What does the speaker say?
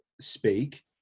speak